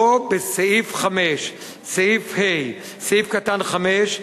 ובו בסעיף 5, סעיף ה, סעיף קטן (5),